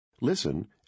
Listen